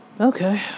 Okay